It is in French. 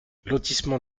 lotissement